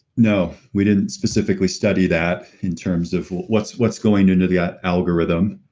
no, we didn't specifically study that in terms of what's what's going into the ah algorithm.